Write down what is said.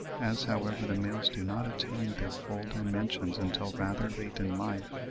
as, however, the males do not attain their full dimensions until rather late in life,